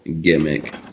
gimmick